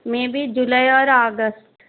maybe July or August